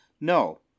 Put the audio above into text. No